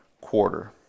quarter